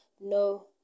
No